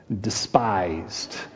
despised